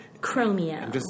Chromium